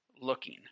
looking